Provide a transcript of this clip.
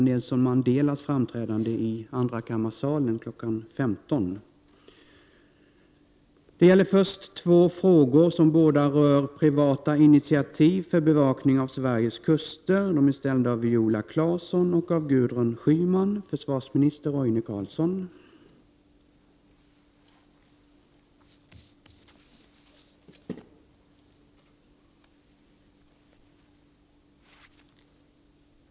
Min fråga är: Tycker försvarsministern att det här är en bra utveckling eller tänker försvarsministern vidta några åtgärder för att förhindra att den svenska marinen på detta sätt kompletteras med privata initiativ?